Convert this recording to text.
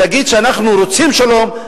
ולהגיד שאנחנו רוצים שלום,